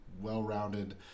well-rounded